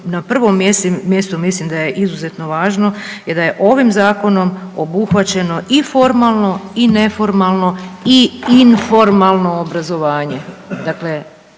na prvom mjestu mislim da je izuzetno važno je da je ovim Zakonom obuhvaćeno i formalno, i neformalno i informalno obrazovanje.